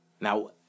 Now